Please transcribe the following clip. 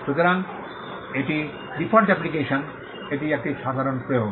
সুতরাং এটি default application এটি একটি সাধারণ প্রয়োগ